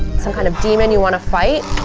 some kind of demon you wanna fight.